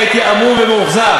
אני הייתי המום ומאוכזב,